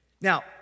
Now